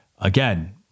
Again